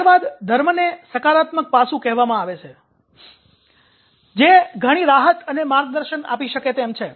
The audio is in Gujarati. ત્યાર બાદ ધર્મને સકારાત્મક પાસું કહેવામાં આવે છે કે જે ઘણી રાહત અને માર્ગદર્શન આપી શકે તેમ છે